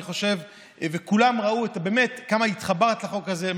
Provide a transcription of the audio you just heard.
אני חושב שכולם ראו באמת כמה התחברת לחוק הזה.